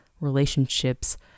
relationships